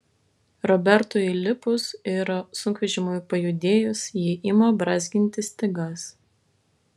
robertui įlipus ir sunkvežimiui pajudėjus ji ima brązginti stygas